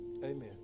Amen